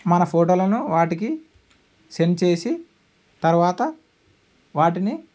మన ఫోటోలను వాటికి సెండ్ చేసి తరువాత వాటిని